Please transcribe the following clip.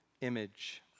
image